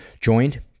joined